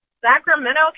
Sacramento